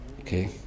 Okay